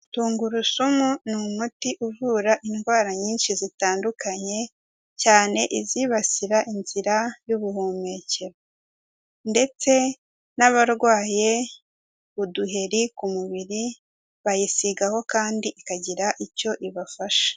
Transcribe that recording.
Tungurusumu ni umuti uvura indwara nyinshi zitandukanye, cyane izibasira inzira y'ubuhumekero ndetse n'abarwaye uduheri ku mubiri bayisigaho kandi ikagira icyo ibafasha.